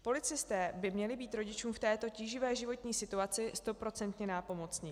Policisté by měli být rodičům v této tíživé životní situaci stoprocentně nápomocni.